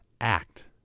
act